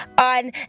on